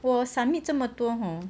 我 submit 这么多 hor